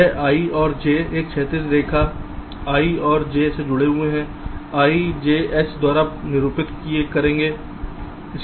यह i और j एक क्षैतिज रेखा i और j से जुड़े हैं यह ijH द्वारा निरूपित करेगा